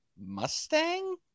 Mustang